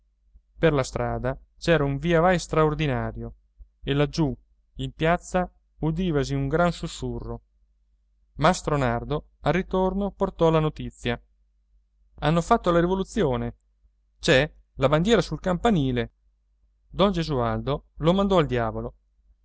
per la strada c'era un via vai straordinario e laggiù in piazza udivasi un gran sussurro mastro nardo al ritorno portò la notizia hanno fatto la rivoluzione c'è la bandiera sul campanile don gesualdo lo mandò al diavolo